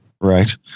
Right